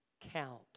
count